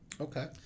okay